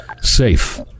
safe